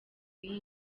y’iyi